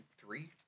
three